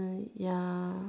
doing ya